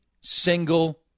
single